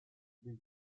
les